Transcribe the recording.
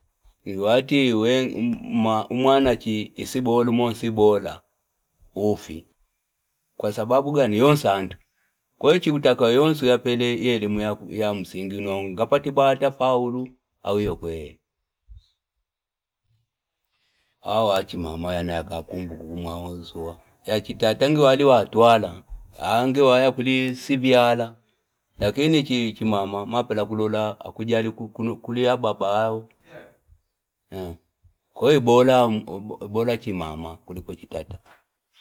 Iwatiwe mma- ma mwana chi- sibola sibola ufi. Kwa sababu kwenye yonsandu, kwenye chikuta kwa yonsu ya pele yelimu ya msingi, nyingi kapati baata faulu aweo kwenye. Aaachimamaye na akakumbukumbu ma wonsuwa ya chita tenge wati wale wa tuala awenga nsiviwala lakini kikimama mapela kulola kujali kukulia baba yao kwahiyo boraa chimama kuliko chi tata.